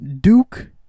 duke